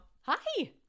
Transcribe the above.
Hi